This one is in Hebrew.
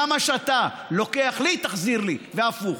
כמה שאתה לוקח לי, תחזיר לי, והפוך.